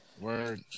Word